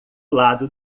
lado